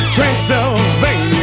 Transylvania